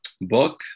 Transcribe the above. book